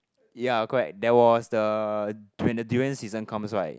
ya correct there was the when the durian season comes right